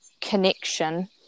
connection